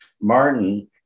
Martin